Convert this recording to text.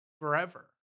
forever